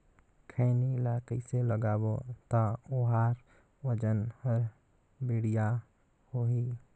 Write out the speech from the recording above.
खैनी ला कइसे लगाबो ता ओहार वजन हर बेडिया होही?